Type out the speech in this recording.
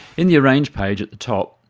in the arrange page, at the top,